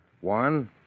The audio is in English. One